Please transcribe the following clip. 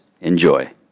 enjoy